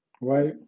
right